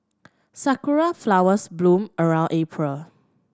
sakura flowers bloom around April